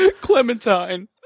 clementine